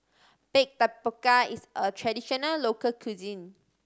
bake tapioca is a traditional local cuisine